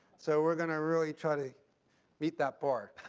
so we're going to really try to meet that bar.